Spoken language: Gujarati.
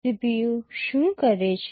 CPU શું કરે છે